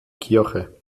kirche